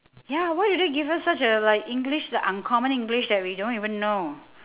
ya why did they give us such a like english the uncommon english that we don't even know